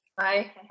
Hi